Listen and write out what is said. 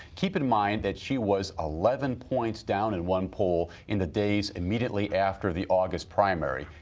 keep in mind that she was eleven points down in one poll in the days immediately after the august primary,